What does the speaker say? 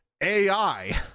ai